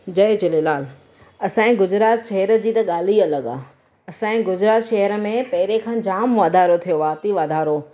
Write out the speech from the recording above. जय झूलेलाल असांजे गुजरात शहर जी त ॻाल्हि ई अलॻि आहे असांजे गुजरात शहर में पहिरें खां जाम वधारो थियो आहे अती वधारो